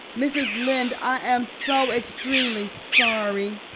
mrs. lynde, i am so extremely sorry,